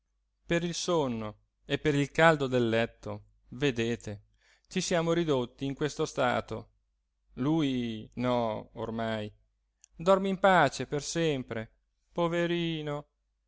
per il sonno e per il caldo del letto vedete ci siamo ridotti in questo stato lui no ormai dorme in pace per sempre poverino